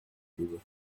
had